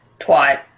twat